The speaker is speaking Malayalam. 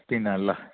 പിന്നല്ല